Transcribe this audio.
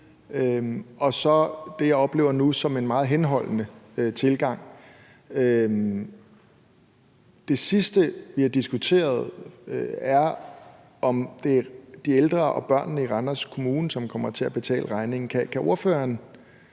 og så det, jeg oplever nu, som er en meget henholdende tilgang. Det sidste, vi har diskuteret, er, om det er de ældre og børnene i Randers Kommune, som kommer til at betale regningen. Kan ordføreren